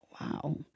wow